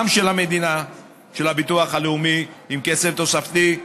גם של המדינה, של הביטוח הלאומי, עם כסף תוספתי.